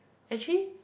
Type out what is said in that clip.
actually